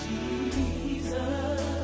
Jesus